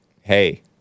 hey